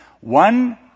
One